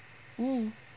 hmm